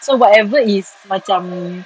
so whatever is macam